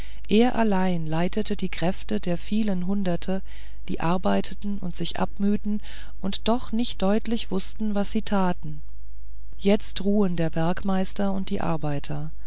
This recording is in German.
er allein leitete die kräfte der vielen hunderte die arbeiteten und sich abmühten und doch nicht deutlich wußten was sie taten jetzt ruhen der werkmeister und die arbeiter